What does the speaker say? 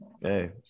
Hey